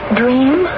dream